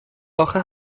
آخه